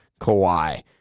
Kawhi